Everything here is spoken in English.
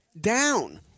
down